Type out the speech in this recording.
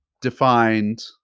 defined